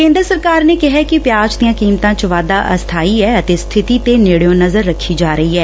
ਕੇਂਦਰ ਸਰਕਾਰ ਨੇ ਕਿਹੈ ਕਿ ਪਿਆਜ਼ ਦੀਆਂ ਕੀਮਤਾਂ ਚ ਵਾਧਾ ਅਸਥਾਈ ਐ ਅਤੇ ਸਥਿਤੀ ਤੇ ਨੇੜਿਓ ਨਜ਼ਰ ਰੱਖੀ ਜਾ ਰਹੀ ਐ